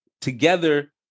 together